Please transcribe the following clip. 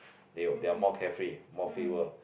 they they're more carefree more free world